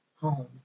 home